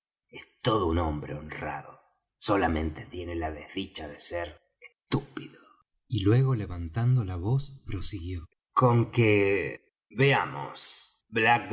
es todo un hombre honrado solamente tiene la desdicha de ser estúpido y luego levantando la voz de nuevo prosiguió con que veamos